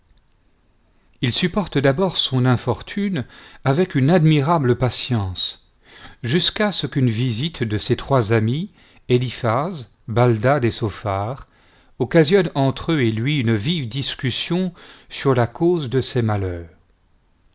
il supporte d'abord son infortune avec une admirable patience jusqu'à ce qu'une visite de ses trois amis éliphaz baldad et sophar occasionne entre eux et lui une vive discussion sur la cause de ses malheurs